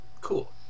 Cool